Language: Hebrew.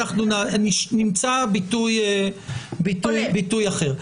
נמצא ביטוי אחר.